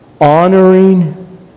honoring